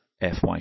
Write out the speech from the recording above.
FY